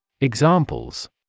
Examples